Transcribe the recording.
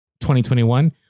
2021